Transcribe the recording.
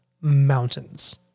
mountains